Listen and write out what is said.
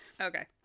Okay